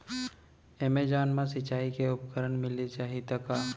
Amazon मा सिंचाई के उपकरण मिलिस जाही का?